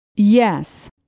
Yes